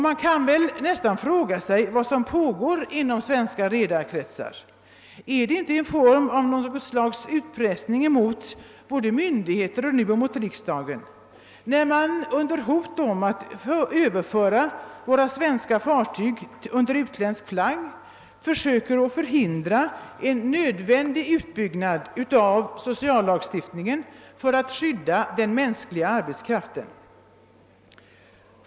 Man kan fråga sig vad det är som pågår inom svenska redarkretsar och om det inte är en form av utpressning mot både myndigheterna och riksdagen, när man under hot om att överföra de svenska fartygen under utländsk flagg försöker förhindra en nödvändig utbyggnad av sociallagstiftningen som syftar till att skydda den mänskliga arbetskraften.